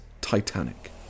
Titanic